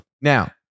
Now